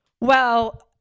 Well-